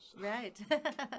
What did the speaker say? Right